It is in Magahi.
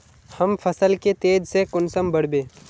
हम फसल के तेज से कुंसम बढ़बे?